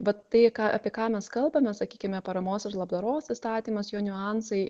vat tai ką apie ką mes kalbame sakykime paramos ir labdaros įstatymas jo niuansai